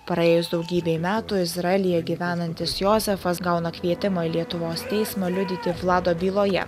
praėjus daugybei metų izraelyje gyvenantis jozefas gauna kvietimą į lietuvos teismą liudyti vlado byloje